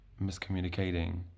miscommunicating